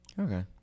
Okay